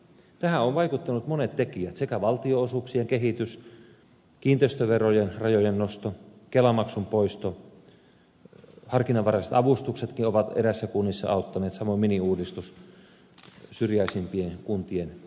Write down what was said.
tähän ovat vaikuttaneet monet tekijät sekä valtionosuuksien kehitys kiinteistöverojen rajojen nosto kelamaksun poisto harkinnanvaraiset avustuksetkin ovat eräissä kunnissa auttaneet samoin miniuudistus syrjäisimpien kuntien kohdalla